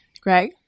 Greg